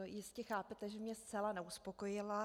Jistě chápete, že mě zcela neuspokojila.